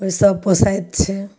ओहिसँ पोसाइत छै